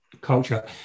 culture